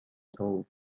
toads